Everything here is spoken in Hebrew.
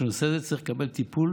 נושא זה צריך לקבל טיפול